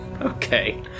Okay